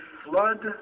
flood